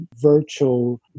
virtual